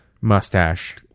Mustache